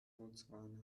botswana